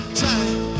time